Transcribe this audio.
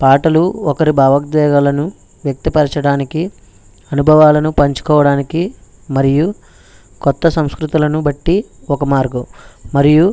పాటలు ఒకరి భావోద్వేగాలను వ్యక్తపరచడానికి అనుభవాలను పంచుకోవడానికి మరియు కొత్త సంస్కృతులను బట్టి ఒక మార్గం మరియు